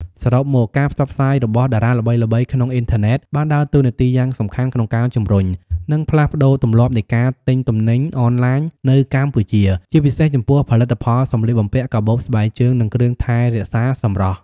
សរុបមក ការផ្សព្វផ្សាយរបស់តារាល្បីៗក្នុងអុីធឺណិតបានដើរតួនាទីយ៉ាងសំខាន់ក្នុងការជំរុញ និងផ្លាស់ប្តូរទម្លាប់នៃការទិញទំនិញអនឡាញនៅកម្ពុជា ជាពិសេសចំពោះផលិតផលសម្លៀកបំពាក់ កាបូប ស្បែកជើង និងគ្រឿងថែរក្សាសម្រស់។